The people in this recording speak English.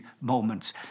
moments